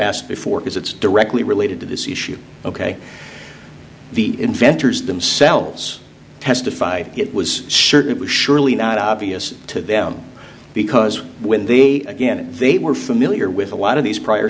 asked before because it's directly related to this issue ok the inventors themselves testify it was certain it was surely not obvious to them because when they again they were familiar with a lot of these prior